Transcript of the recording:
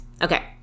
Okay